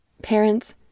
Parents